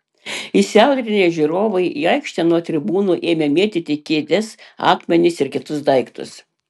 įsiaudrinę žiūrovai į aikštę nuo tribūnų ėmė mėtyti kėdes akmenis ir kitus daiktus